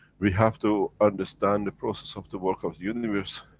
we have to understand, the process of the work of universe.